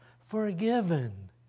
forgiven